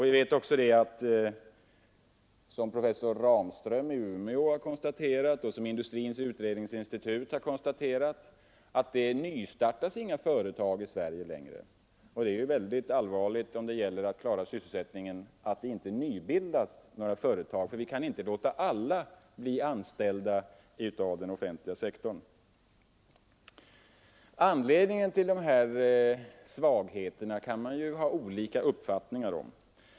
Vi vet också — som professor Ramström i Umeå och Industrins utredningsinstitut har konstaterat — att några nya företag inte längre startas i Sverige. När det gäller att klara sysselsättningen är det allvarligt, om det inte nybildas några företag. Vi kan inte låta alla bli anställda av den offentliga sektorn. Anledningen till dessa svårigheter kan man ha olika uppfattningar om.